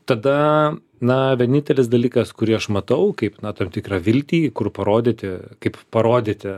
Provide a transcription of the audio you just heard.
tada na vienintelis dalykas kurį aš matau kaip na tam tikrą viltį kur parodyti kaip parodyti